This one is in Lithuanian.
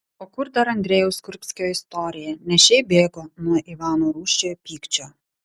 o kur dar andrejaus kurbskio istorija ne šiaip bėgo nuo ivano rūsčiojo pykčio